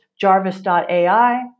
Jarvis.ai